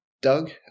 Doug